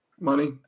money